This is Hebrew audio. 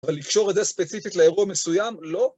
אבל לקשור את זה ספציפית לאירוע מסוים, לא.